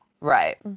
Right